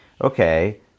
Okay